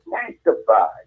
sanctified